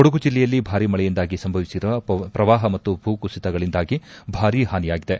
ಕೊಡಗು ಜಿಲ್ಲೆಯಲ್ಲಿ ಭಾರೀ ಮಳೆಯಿಂದಾಗಿ ಸಂಭವಿಸಿರುವ ಪ್ರವಾಹ ಮತ್ತು ಭೂಕುಸಿತಗಳಿಂದ ಭಾರೀ ಹಾನಿಯಾಗಿದೆ